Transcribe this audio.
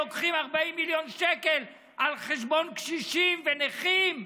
לוקחים 40 מיליון שקל על חשבון קשישים ונכים,